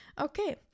okay